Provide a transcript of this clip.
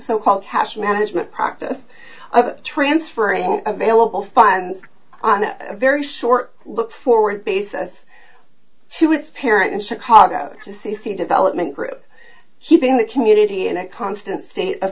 so called cash management practice of transferring available funds on a very short look forward basis to its parent in chicago c c development group keeping the community in a constant state of